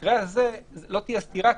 במקרה זה לא תהיה סתירה,